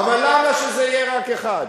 אבל למה שיהיה רק אחד?